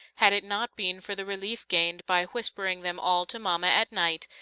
had it not been for the relief gained by whispering them all to mama, at night,